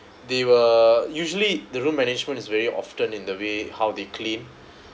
they were usually the room management is very often in the way how they claimed